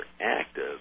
active